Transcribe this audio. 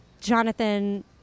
Jonathan